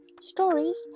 stories